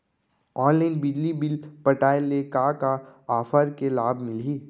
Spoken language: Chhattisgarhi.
ऑनलाइन बिजली बिल पटाय ले का का ऑफ़र के लाभ मिलही?